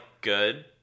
Good